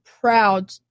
proud